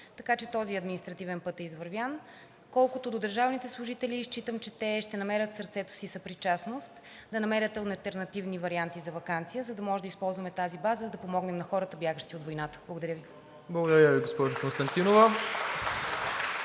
така че този административен път е извървян. Колкото до държавните служители, считам, че те ще намерят в сърцето си съпричастност да намерят алтернативни варианти за ваканция, за да може да използваме тази база да помогнем на хората, бягащи от войната. Благодаря Ви. (Ръкопляскания